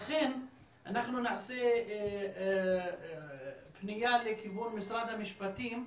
לכן אנחנו נעשה פנייה לכיוון משרד המשפטים,